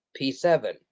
P7